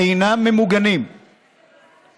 אינם ממוגנים כראוי.